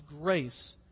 grace